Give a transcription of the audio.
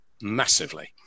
massively